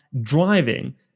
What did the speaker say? driving